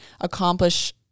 accomplish